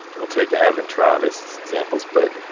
we'll take ev and travis as examples, but